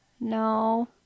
No